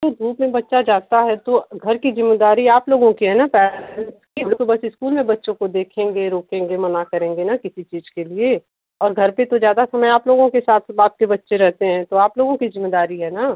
तो धूप में बच्चा जाता है तो घर की जिम्मेदारी आप लोगों की है ना पैरेंट्स की हम लोग तो बस इस्कूल में बच्चों को देखेंगे रोकेंगे मना करेंगे ना किसी चीज के लिए और घर पर तो ज्यादा समय आप लोगों के साथ आपके बच्चे रहेते हैं तो आप लोगों की जिम्मेदारी है ना